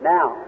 Now